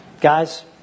Guys